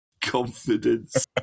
confidence